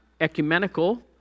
ecumenical